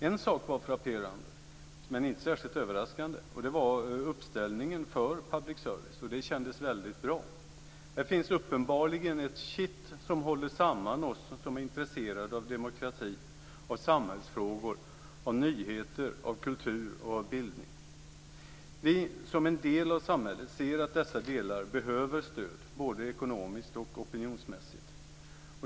En sak var frapperande men inte särskilt överraskande, och det var uppställningen för public service, och det kändes väldigt bra. Här finns uppenbarligen ett kitt som håller samman oss som är intresserade av demokrati, av samhällsfrågor och nyheter, kultur och bildning. Vi, som en del av samhället, ser att dessa delar behöver stöd, både ekonomiskt och opinionsmässigt.